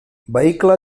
vehicle